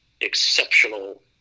exceptional